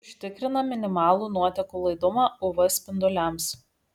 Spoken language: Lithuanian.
užtikrina minimalų nuotekų laidumą uv spinduliams